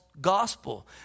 gospel